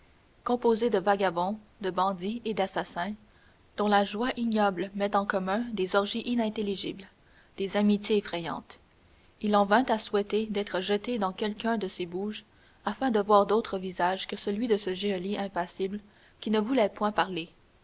composées de vagabonds de bandits et d'assassins dont la joie ignoble met en commun des orgies inintelligibles et des amitiés effrayantes il en vint à souhaiter d'être jeté dans quelqu'un de ces bouges afin de voir d'autres visages que celui de ce geôlier impassible qui ne voulait point parler